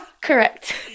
Correct